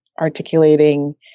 articulating